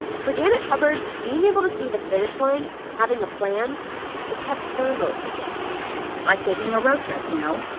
for janet hubbard, being able to see the finish line, having a plan it kept her motivated it's like taking a road trip, you know?